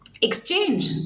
exchange